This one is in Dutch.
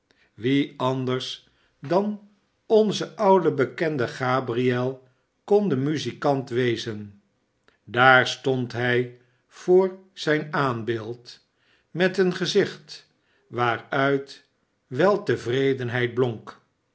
wie anders dan onze oude bekende gabriel kon de muzikant wezen daar stand hij voor zijn aanbeeld met een gezicht waaruit weltevredenheid blonk